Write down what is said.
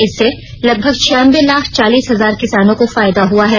इससे लगभग छियानबे लाख चालीस हजार किसानों को फायदा हुआ है